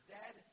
dead